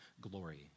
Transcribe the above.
glory